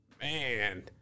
Man